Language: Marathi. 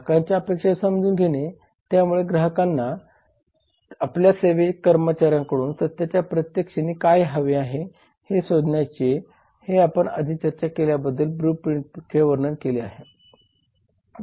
ग्राहकांच्या अपेक्षा समजून घेणे त्यामुळे ग्राहकांना आपल्या सेवा कर्मचाऱ्यांकडून सत्याच्या प्रत्येक क्षणी काय हवे आहे हे कसे शोधायचे हे आपण आधी चर्चा केलेल्या ब्लू प्रिंट्समध्ये वर्णन केले आहे